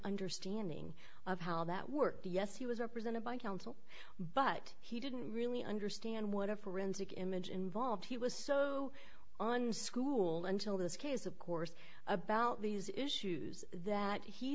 understanding of how that worked yes he was represented by counsel but he didn't really understand what a forensic image involved he was so on school until this case of course about these issues that he